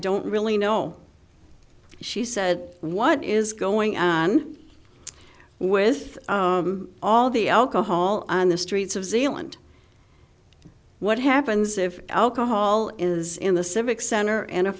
don't really know she said what is going on with all the alcohol on the streets of zealand what happens if alcohol is in the civic center and a